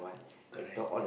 correct